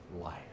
life